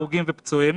הרוגים ופצועים,